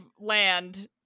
land